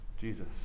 Jesus